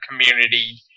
community